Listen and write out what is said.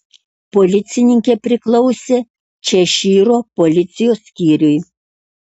policininkė priklausė češyro policijos skyriui